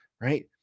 right